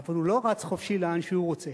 אבל הוא לא רץ חופשי לאן שהוא רוצה.